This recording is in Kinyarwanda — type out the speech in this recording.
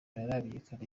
ntiharamenyekana